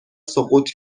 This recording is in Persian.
سقوط